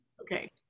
Okay